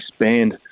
expand